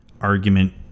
argument